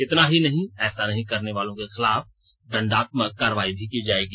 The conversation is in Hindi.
इतना ही नहीं ऐसा नहीं करने वालों के खिलाफ दंडात्मक कार्रवाई भी की जाएगी